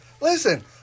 Listen